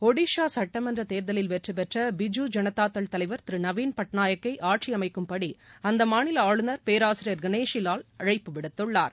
ஒடிசா சட்டமன்ற தேர்தலில் வெற்றி பெற்ற பிஜுஜனதாதள் தலைவர் திரு நவீன் பட்நாயக்கை ஆட்சி அமைக்கும்படி அந்த மாநில ஆளுநர் பேராசிரியர் கணேஷிலால் அழைப்பு விடுத்துள்ளார்